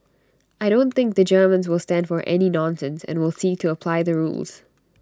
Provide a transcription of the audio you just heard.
I don't think the Germans will stand for any nonsense and will seek to apply the rules